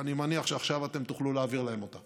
ואני מניח שעכשיו אתם תוכלו להעביר להם אותו.